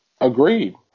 Agreed